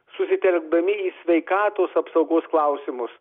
susitelkdami į sveikatos apsaugos klausimus